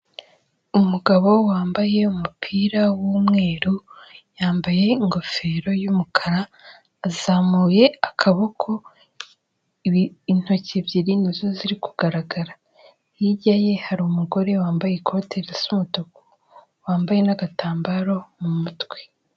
Umugabo wambaye umupira w’umweru, yambaye ingofero y’umukara, azamuye akaboko intoki ebyiri nizo ziri kugaragara, hirya ye hari umugore wambaye ikoti risa umutuku wambaye n'agatambaro mu mutwe.